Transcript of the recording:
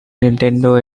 nintendo